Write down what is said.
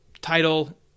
title